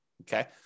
Okay